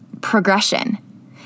progression